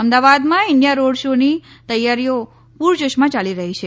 અમદાવાદમાં India road show ની તૈયારીઓ પુરજોશમાં ચાલી રહી છે